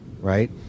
right